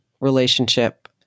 relationship